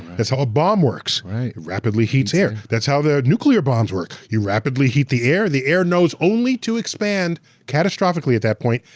it's how a bomb works, it rapidly heats air. that's how the nuclear bombs work. you rapidly heat the air, and the air knows only to expand catastrophically at that point,